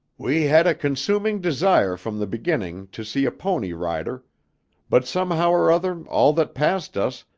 we had a consuming desire from the beginning, to see a pony rider but somehow or other all that passed us,